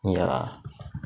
ya